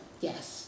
Yes